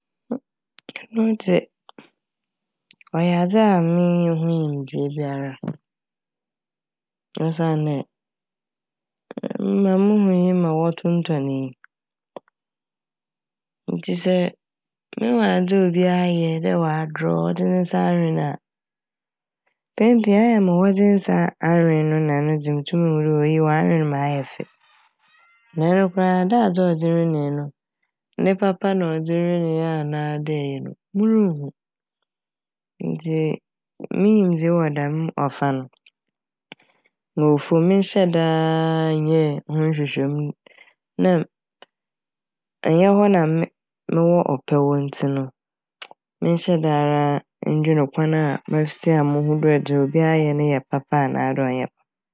Ɔno dze ɔyɛ adze a mennhui ebiara osiandɛ ma mohu nye ma wɔtontɔn yi ntsi sɛ mohu adze a obi ayɛ dɛ ɔadrɔw ɔde ne nsa awen a mpɛn pii ɛyɛ a ma wɔdze nsa a- awen no na ɔno dze motum muhu dɛ oyi ɔawen ma ɔayɛ fɛ na ɛno koraa dɛ adze a ɔdze wenee no ne papa na ɔdze wenee anaa dɛ eyi no moronnhu ntsi me nyimdzee wɔ dɛm ɔfa no ɔwɔ famu. Mennhyɛ daa nnyɛ ho nhwehwɛmu n' na a mm- ɔnnyɛ hɔ na me- mowɔ ɔpɛ wɔ ntsi no mennhyɛ daa nndwen kwan a mo ho dɛ dza obi ayɛ no yɛ papa anaadɛ ɔnnyɛ papa.